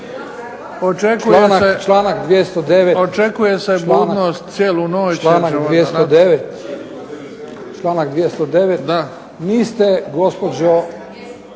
Očekuje se budnost cijelu noć.